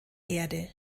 erde